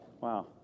Wow